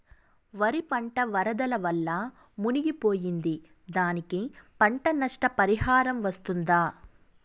వరి పంట వరదల వల్ల మునిగి పోయింది, దానికి పంట నష్ట పరిహారం వస్తుందా?